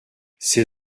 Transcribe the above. ces